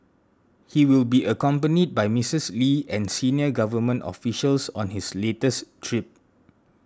he will be accompanied by Mrs Lee and senior government officials on his latest trip